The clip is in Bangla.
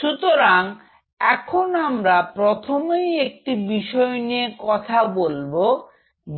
সুতরাং এখন আমরা প্রথমেই একটি বিষয় নিয়ে কথা বলব